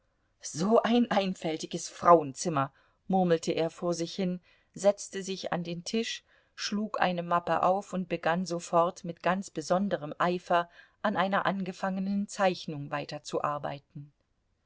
so ein einfältiges frauenzimmer murmelte er vor sich hin setzte sich an den tisch schlug eine mappe auf und begann sofort mit ganz besonderem eifer an einer angefangenen zeichnung weiterzuarbeiten